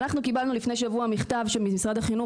אנחנו קיבלנו לפני שבוע מכתב ממשרד החינוך,